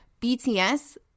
BTS